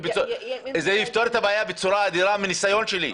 זה יפתור את הבעיה בצורה אדירה, מניסיון שלי.